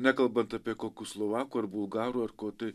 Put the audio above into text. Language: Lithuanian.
nekalbant apie kokių slovakų ar bulgarų ar ko tai